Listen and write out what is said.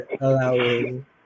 allowing